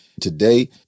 Today